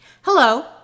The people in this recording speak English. Hello